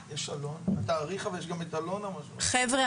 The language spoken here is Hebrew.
חבר'ה,